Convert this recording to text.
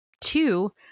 two